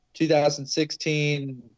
2016